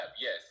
Yes